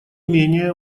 менее